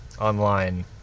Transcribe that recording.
online